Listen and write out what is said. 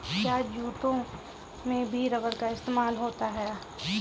क्या जूतों में भी रबर का इस्तेमाल होता है?